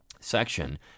section